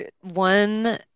one